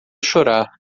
chorar